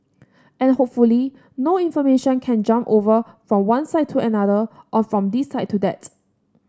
and hopefully no information can jump over from one side to another or from this side to that